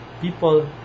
people